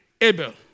Abel